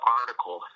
article